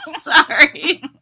Sorry